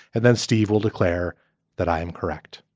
and then steve will declare that i am correct.